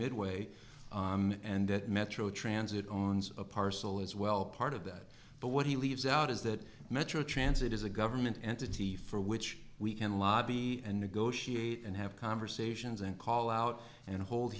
midway and that metro transit on a parcel as well a part of that but what he leaves out is that metro transit is a government entity for which we can lobby and negotiate and have conversations and call out and hold